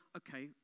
okay